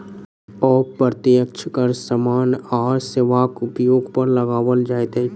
अप्रत्यक्ष कर सामान आ सेवाक उपयोग पर लगाओल जाइत छै